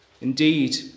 Indeed